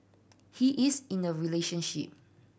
he is in a relationship